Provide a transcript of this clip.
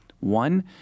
One